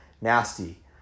nasty